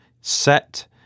set